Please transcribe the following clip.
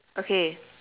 okay